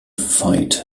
fight